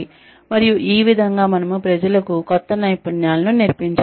మరియు ఈ విధంగా మనము ప్రజలకు కొత్త నైపుణ్యాలను నేర్పించగలము